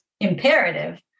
imperative